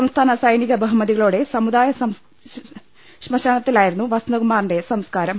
സംസ്ഥാന സൈനിക ബഹുമതികളോടെ സമുദായ ശ്മശാന ത്തിലായിരുന്നു വസന്തകുമാറിന്റെ സംസ്കാരം